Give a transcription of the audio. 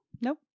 Nope